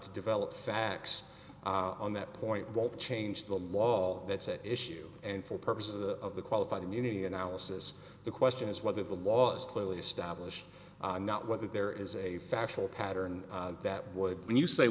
to develop sacks on that point won't change the law that's at issue and for purposes of the qualified immunity analysis the question is whether the law's clearly established not whether there is a factual pattern that would be you say